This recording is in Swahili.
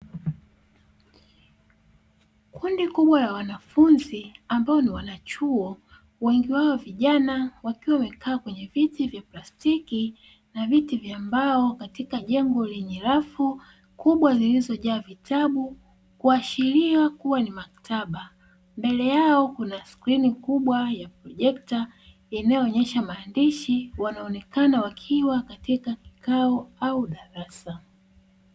Kundi kubwa la wanafunzi, ambao ni wanachuo, wengi wao vijana, wamekaa kwenye viti vya plastiki na viti vya mbao katika jengo lenye rafu kubwa zilizojaa vitabu; hii inaashiria kuwa ni maktaba. Mbele yao kuna skrini kubwa ya projekta inayoonyesha maandishi. Wanaonekana wakiwa katika kikao au darasa.